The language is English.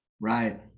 right